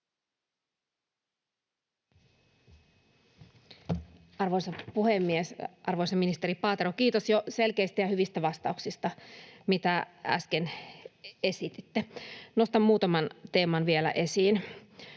Arvoisa puhemies! Arvoisa ministeri Paatero, kiitos jo selkeistä ja hyvistä vastauksista, mitä äsken esititte. Nostan muutaman teeman vielä esiin.